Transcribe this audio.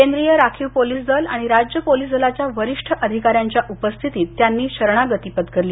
केंद्रीय राखीव पोलीस दल आणि राज्य पोलिस दलाच्या वरिष्ठ अधिकाऱ्यांच्या उपस्थितीत त्यांनी शरणागती पत्करली